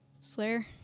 Slayer